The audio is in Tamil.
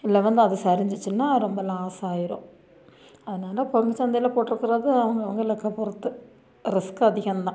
இல்லை வந்து அது சரிஞ்சிச்சின்னால் ரொம்ப லாஸ் ஆயிடும் அதனால பங்குச் சந்தையில போட்டிருக்குறது அவங்கவுங்க லக்கை பொறுத்து ரிஸ்க் அதிகம் தான்